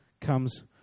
comes